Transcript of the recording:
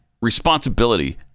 responsibility